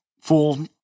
full